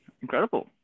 Incredible